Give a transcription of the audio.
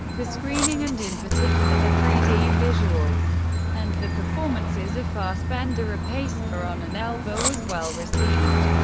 the screening, and in particular the three d visuals and the performances of fassbender, rapace, theron, and elba, was well received.